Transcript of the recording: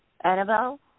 Annabelle